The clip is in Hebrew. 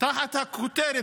תחת הכותרת,